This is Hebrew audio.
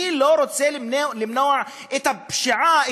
מי לא רוצה למנוע את הפשיעה,